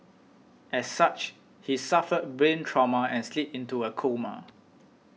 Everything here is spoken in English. as such he suffered brain trauma and slipped into a coma